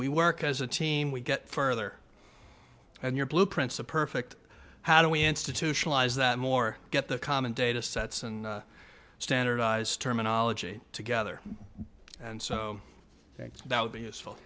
we work as a team we get further and you're blueprints a perfect how do we institutionalize that more get the common data sets and standardized terminology together and so that would be useful